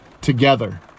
together